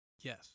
Yes